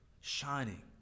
shining